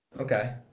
Okay